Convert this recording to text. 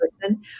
person